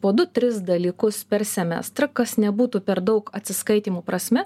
po du tris dalykus per semestrą kas nebūtų per daug atsiskaitymų prasme